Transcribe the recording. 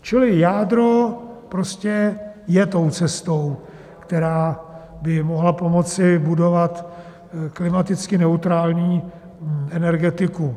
Čili jádro prostě je tou cestou, která by mohla pomoci budovat klimaticky neutrální energetiku.